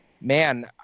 man